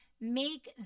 make